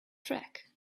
track